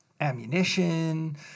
ammunition